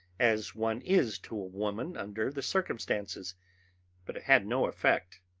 as one is to a woman under the circumstances but it had no effect.